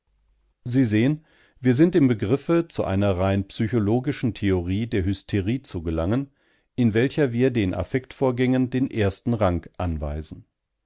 sie sehen wir sind im begriffe zu einer rein psychologischen theorie der hysterie zu gelangen in welcher wir den affektvorgängen den ersten rang anweisen